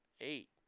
eight